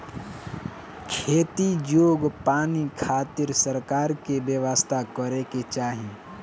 खेती जोग पानी खातिर सरकार के व्यवस्था करे के चाही